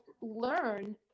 learn